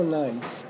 nice